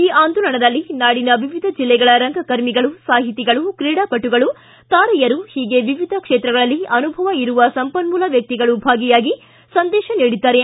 ಈ ಆಂದೋಲನದಲ್ಲಿ ನಾಡಿನ ವಿವಿಧ ಜಿಲ್ಲೆಗಳ ರಂಗಕರ್ಮಿಗಳು ಸಾಹಿತಿಗಳು ಕ್ರೀಡಾಪಟುಗಳು ತಾರೆಯರು ಹೀಗೆ ವಿವಿಧ ಕ್ಷೇತ್ರಗಳಲ್ಲಿ ಅನುಭವ ಇರುವ ಸಂಪನ್ಮೂಲ ವ್ವಕ್ತಿಗಳು ಭಾಗಿಯಾಗಿ ಸಂದೇಶ ನೀಡಿದ್ದಾರೆ